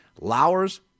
Lowers